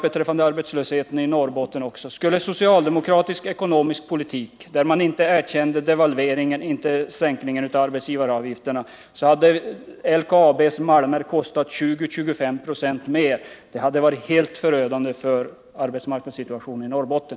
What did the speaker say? Beträffande arbetslösheten i Norrbotten vill jag tillägga att om socialdemokratisk ekonomisk politik hade fått råda, där man inte erkänner devalveringarna och inte sänkningen av arbetsgivaravgiften, hade LKAB:s malmer kostat 20-25 96 mer, vilket hade varit helt förödande för sysselsättningen i Norrbotten.